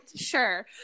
Sure